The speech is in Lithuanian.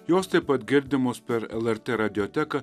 jos taip pat girdimos per lrt radioteką